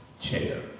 chair